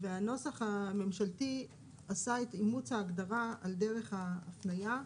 הנוסח הממשלתי עשה את אימוץ ההגדרה על דרך ההפניה.